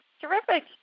Terrific